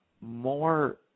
more